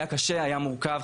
היה קשה, היה מורכב.